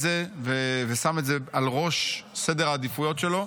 זה ושם את זה בראש סדר העדיפויות שלו,